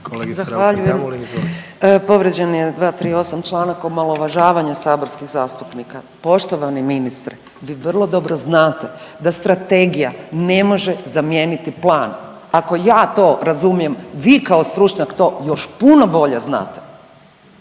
Zahvaljujem. Povrijeđen je 238. članak omalovažavanje saborskih zastupnika. Poštovani ministre, vi vrlo dobro znate da strategija ne može zamijeniti plan. Ako ja to razumijem vi kao stručnjak to još puno bolje znate.